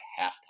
halftime